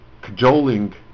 cajoling